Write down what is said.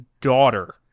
daughter